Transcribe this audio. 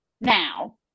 Now